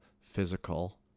physical